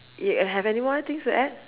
you have any more things to add